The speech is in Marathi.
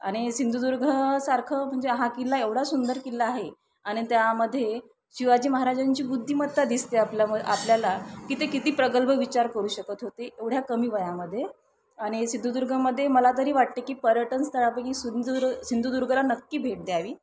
आणि सिंधुदुर्गसारखं म्हणजे हा किल्ला एवढा सुंदर किल्ला आहे आणि त्यामध्ये शिवाजी महाराजांची बुद्धिमत्ता दिसते आपल्या म आपल्याला की ते किती प्रगल्भ विचार करू शकत होते एवढ्या कमी वयामध्ये आणि सिंधुदुर्गमध्ये मला तरी वाटते की पर्यटन स्थळापैकी सुंदुदुर सिंधुदुर्गला नक्की भेट द्यावी